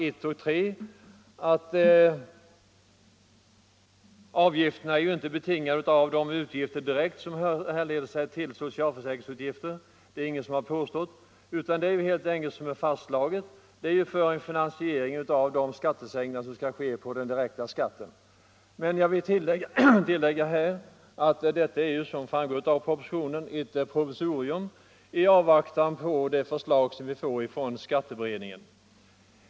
Jag vill tillägga att detta förslag — det framgår också av propositionen — är ett provisorium i avvaktan på de förslag som vi får från skatteutredningen.